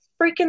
freaking